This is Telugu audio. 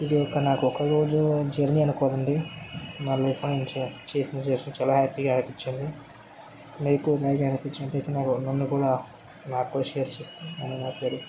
ఇది ఒక నాకు ఒక రోజు జర్నీ అనుకోకండి నా లైఫ్లో చేసిన చాలా హ్యాపీగా అనిపించింది మీకూ బాగా అనిపించినట్లైతే నాకొక నన్ను కూడా నాకు కూడా షేర్ చేస్తూ ఉండండి